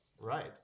right